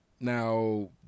Now